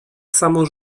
samo